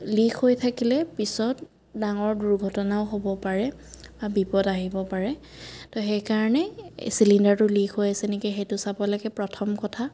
leak হৈ থাকিলে পিছত ডাঙৰ দুৰ্ঘটনাও হ'ব পাৰে বা বিপদ আহিব পাৰে তো সেইকাৰণে চিলিণ্ডাৰটো লিক হৈ আছে নেকি সেইটো চাব লাগে প্ৰথম কথা